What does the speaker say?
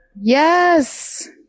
Yes